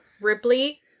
Ripley